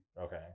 Okay